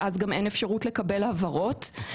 ואז גם אין אפשרות לקבל הבהרות.